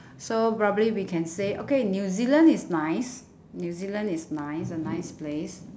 so probably we can say okay new zealand is nice new zealand is nice a nice place